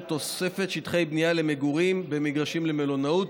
תוספת שטחי בנייה למגורים במגרשים למלונאות,